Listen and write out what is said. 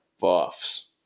Buffs